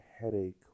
headache